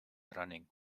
running